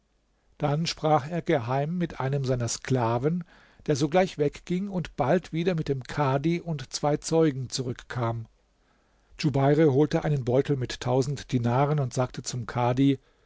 dann sprach er geheim mit einem seiner sklaven der sogleich wegging und bald wieder mit dem kadhi und zwei zeugen zurückkam djubeir holte einen beutel mit tausend dinaren und sagte zum kadhi